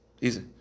Easy